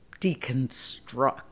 deconstruct